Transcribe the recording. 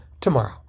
tomorrow